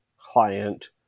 client